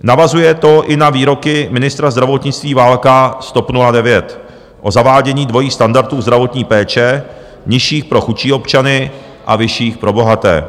Navazuje to i na výroky ministra zdravotnictví Válka z TOP 09 o zavádění dvojích standardů zdravotní péče, nižších pro chudší občany a vyšších pro bohaté.